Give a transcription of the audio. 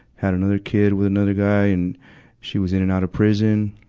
had another kid with another guy, and she was in and out of prison.